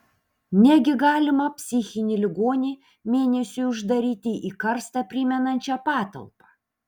negi galima psichinį ligonį mėnesiui uždaryti į karstą primenančią patalpą